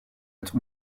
être